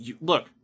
look